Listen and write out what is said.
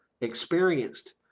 experienced